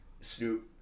Snoop